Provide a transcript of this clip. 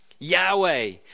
Yahweh